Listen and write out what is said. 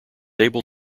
able